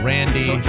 Randy